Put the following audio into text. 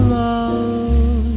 love